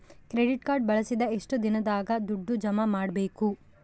Credit card ಬಳಸಿದ ಎಷ್ಟು ದಿನದಾಗ ದುಡ್ಡು ಜಮಾ ಮಾಡ್ಬೇಕು?